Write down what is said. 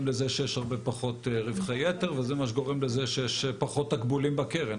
לזה שיש פחות רווחי יתר וזה מה שגורם לכך שיש פחות תקבולים בקרן.